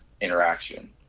interaction